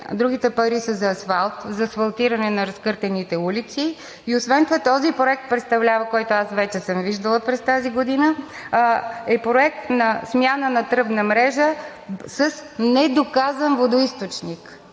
другите пари са за асфалт – за асфалтиране на разкъртените улици. Освен това този проект, който аз вече съм виждала през тази година, е проект за смяна на тръбна мрежа с недоказан водоизточник.